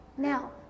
Now